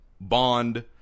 bond